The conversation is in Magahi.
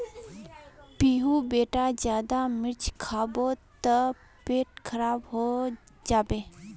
पीहू बेटा ज्यादा मिर्च खाबो ते पेट खराब हों जाबे